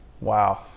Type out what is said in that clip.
Wow